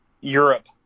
Europe